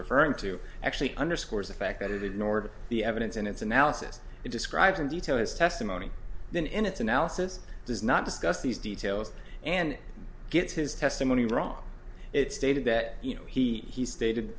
referring to actually underscores the fact that it ignored the evidence in its analysis it describes in detail his testimony then in its analysis does not discuss these details and gets his testimony wrong it's stated that you know he he stated